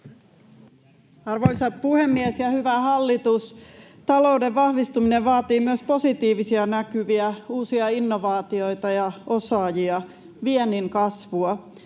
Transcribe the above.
Arvoisa puhemies ja hyvä hallitus! Talouden vahvistuminen vaatii myös positiivisia näkymiä, uusia innovaatioita ja osaajia, viennin kasvua.